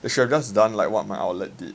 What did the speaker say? they should have just done like what my outlet did